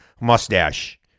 mustache